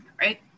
right